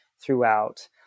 throughout